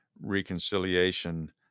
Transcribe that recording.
reconciliation